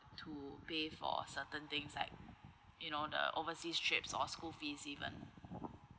to pay for certain things like you know the overseas trips or school fees even